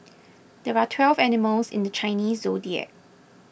there are twelve animals in the Chinese zodiac